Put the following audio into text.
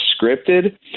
scripted